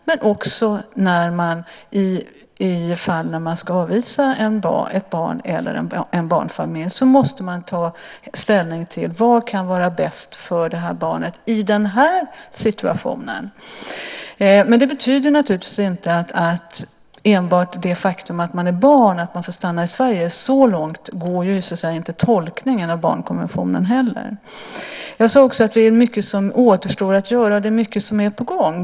Men också i fall av avvisning av ett barn eller en barnfamilj måste man ta ställning till vad som kan vara bäst för barnet i den situationen. Det här betyder naturligtvis inte att enbart det faktum att man är barn gör att man får stanna i Sverige. Så långt går inte tolkningen av barnkonventionen. Jag sade också att det återstår mycket att göra och att mycket är på gång.